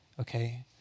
okay